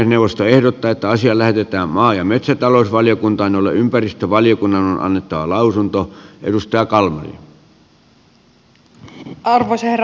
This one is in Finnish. puhemiesneuvosto ehdottaa että asia lähetetään maa ja metsätalousvaliokuntaan jolle ympäristövaliokunnan on annettava lausunto